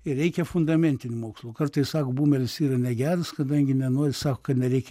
ir reikia fundamentinių mokslų kartais sako bumelis yra negeras kadangi nenori sako kad nereik